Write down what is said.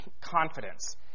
confidence